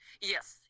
Yes